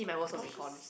I was just